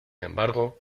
embargo